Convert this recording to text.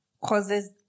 causes